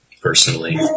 personally